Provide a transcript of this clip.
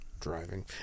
Driving